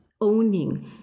owning